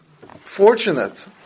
Fortunate